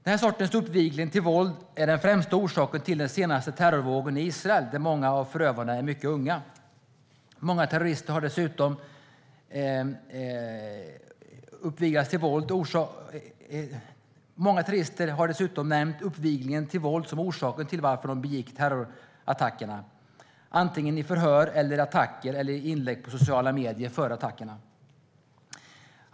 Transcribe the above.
Den här sortens uppvigling till våld är den främsta orsaken till den senaste terrorvågen i Israel, där många av förövarna är mycket unga. Många terrorister har dessutom nämnt uppviglingen till våld som orsaken till att de begick terrorattackerna, antingen i förhör efter attackerna eller i inlägg på sociala medier före attackerna.